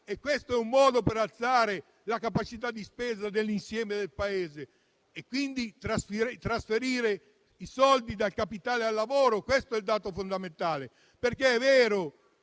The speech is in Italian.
minimo è un modo per alzare la capacità di spesa dell'insieme del Paese e quindi trasferire i soldi dal capitale al lavoro. Questo è il dato fondamentale. È vero,